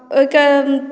ओहिके